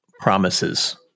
promises